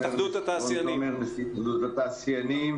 התאחדות התעשיינים,